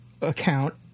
account